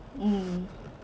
mm